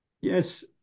Yes